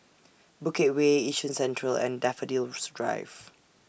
Bukit Way Yishun Central and Daffodil's Drive